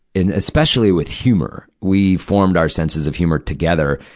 and especially with humor. we formed our senses of humor together,